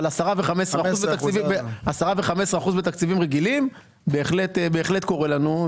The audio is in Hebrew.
אבל 10% ו-15% בתקציבים רגילים - בהחלט קורה לנו.